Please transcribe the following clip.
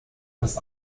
fast